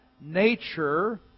nature